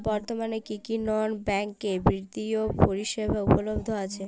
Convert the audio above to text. বর্তমানে কী কী নন ব্যাঙ্ক বিত্তীয় পরিষেবা উপলব্ধ আছে?